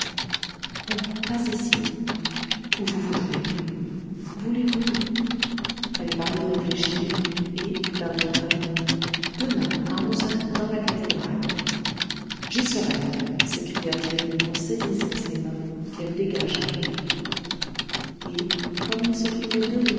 oh pas ici où vous voudrez voulez-vous elle parut réfléchir et d'un ton bref demain à onze heures dans la cathédrale j'y serai s'écria-t-il en saisissant ses mains qu'elle dégagea et comme ils se trouvaient debout